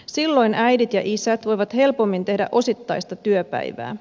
silloin äidit ja isät voivat helpommin tehdä osittaista työpäivää